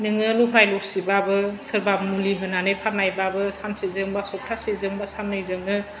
नोङो रुफाइ रुसिबाबो सोरबा मुलि होनानै फाननायबाबो सानसेजों बा सप्तासेजोंनो बा साननैजोंनो